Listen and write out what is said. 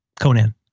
Conan